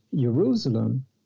Jerusalem